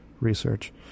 research